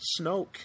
Snoke